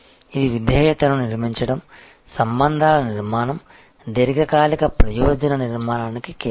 ఇది విధేయతను నిర్మించడం సంబంధాల నిర్మాణం దీర్ఘకాలిక ప్రయోజన నిర్మాణానికి కీలకం